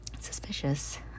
suspicious